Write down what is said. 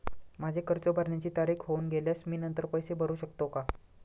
माझे कर्ज भरण्याची तारीख होऊन गेल्यास मी नंतर पैसे भरू शकतो का?